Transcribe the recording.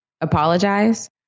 apologize